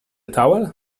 towel